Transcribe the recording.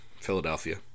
Philadelphia